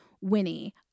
Winnie